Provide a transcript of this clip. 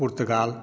पुर्तगाल